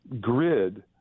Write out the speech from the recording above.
grid